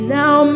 now